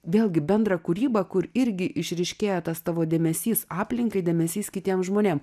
vėlgi bendrą kūrybą kur irgi išryškėja tas tavo dėmesys aplinkai dėmesys kitiem žmonėm